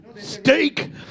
Steak